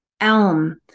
Elm